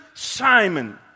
Simon